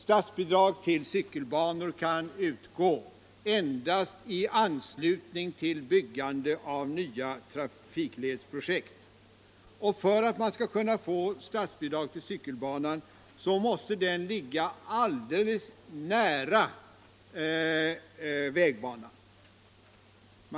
Statsbidrag till cykelbanor kan utgå endast i anslutning till byggande av nya trafikledsprojekt. och för att man skall kunna få statsbidrag till cykelbanan måste den ligga alldeles intill vägbanan.